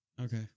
Okay